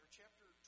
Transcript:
chapter